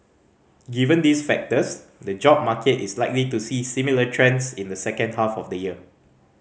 given these factors the job market is likely to see similar trends in the second half of the year